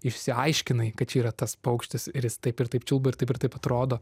išsiaiškinai kad čia yra tas paukštis ir taip ir taip čiulba ir taip ir taip atrodo